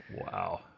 Wow